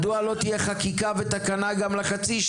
מדוע לא תהיה חקיקה ותקנה גם לחצי-שנתיות,